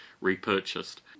repurchased